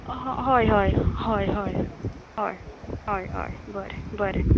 हय हय हय हय हय हय हय बरें बरें